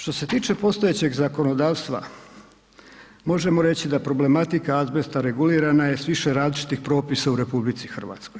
Što se tiče postojećeg zakonodavstva, možemo reći da problematika azbesta regulirana je s više različitih propisa u RH.